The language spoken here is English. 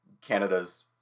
Canada's